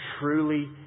truly